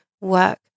work